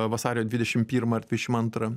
vasario dvidešimt pirmą ar dvidešimt antrą